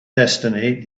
destiny